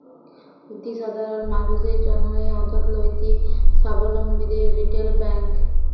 অতি সাধারল মালুসের জ্যনহে অথ্থলৈতিক সাবলম্বীদের রিটেল ব্যাংক